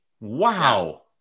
wow